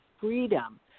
freedom